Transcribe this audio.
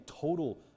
total